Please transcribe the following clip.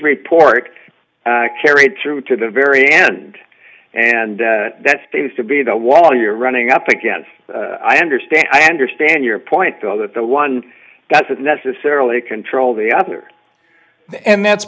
report carried through to the very end and that status to be the wall you're running up against i understand i understand your point though that the one that's is necessarily to control the other and that's